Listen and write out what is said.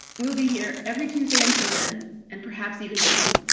we'll be here every tuesday until then and perhaps even beyond,